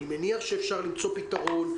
אני מניח שאפשר למצוא פתרון,